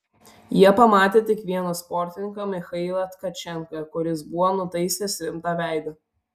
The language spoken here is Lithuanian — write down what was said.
jie pamatė tik vieną sportininką michailą tkačenką kuris buvo nutaisęs rimtą veidą